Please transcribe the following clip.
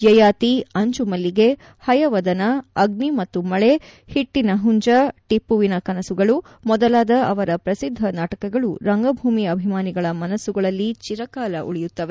ಯಯಾತಿ ಅಂಜುಮಳ್ಲಿಗೆ ಹಯವದನ ಅಗ್ನಿ ಮತ್ತು ಮಳೆ ಹಿಟ್ಟನಹುಂಜ ಟಪ್ಪುವಿನ ಕನಸುಗಳು ಮೊದಲಾದ ಅವರ ಪ್ರಸಿದ್ದ ನಾಟಕಗಳು ರಂಗಭೂಮಿ ಅಭಿಮಾನಿಗಳ ಮನಸ್ಸುಗಳಲ್ಲಿ ಚಿರಕಾಲ ಉಳಿಯುತ್ತವೆ